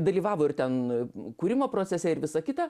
dalyvavo ir ten kūrimo procese ir visa kita